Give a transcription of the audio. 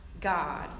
God